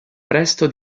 presto